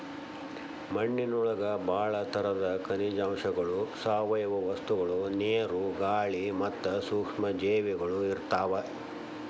ಮಣ್ಣಿನೊಳಗ ಬಾಳ ತರದ ಖನಿಜಾಂಶಗಳು, ಸಾವಯವ ವಸ್ತುಗಳು, ನೇರು, ಗಾಳಿ ಮತ್ತ ಸೂಕ್ಷ್ಮ ಜೇವಿಗಳು ಇರ್ತಾವ